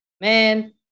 Man